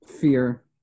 fear